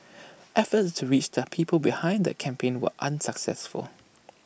efforts to reach the people behind that campaign were unsuccessful